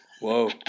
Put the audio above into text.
Whoa